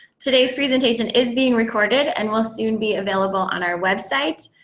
today's presentation is being recorded, and will soon be available on our website,